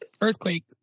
Earthquake